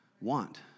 want